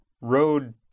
road